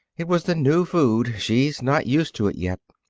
it was the new food. she's not used to it yet.